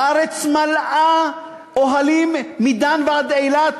הארץ מלאה אוהלים מדן ועד אילת,